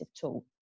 tool